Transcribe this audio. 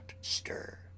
stir